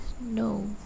No